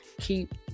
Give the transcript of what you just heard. keep